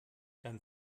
dann